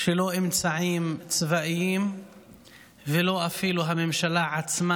שלא אמצעים צבאיים ואפילו לא הממשלה עצמה